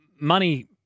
Money